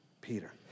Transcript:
Peter